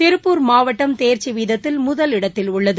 திருப்பூர் மாவட்டம் தேர்ச்சிவீதத்தில் முதலிடத்தில் உள்ளது